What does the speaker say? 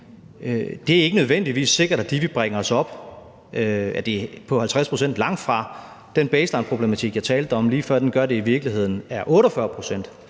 at det ikke nødvendigvis er sikkert, at de vil bringe os op på 50 pct. – langt fra. Den baselineproblematik, jeg talte om lige før, gør, at det i virkeligheden er 48 pct.